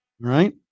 Right